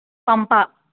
పంపను